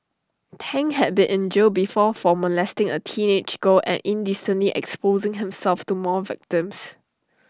Tang had been in jail before for molesting A teenage girl and indecently exposing himself to more victims